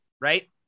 right